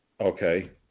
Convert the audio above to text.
Okay